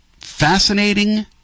fascinating